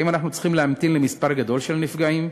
האם אנחנו צריכים להמתין למספר גדול של נפגעים,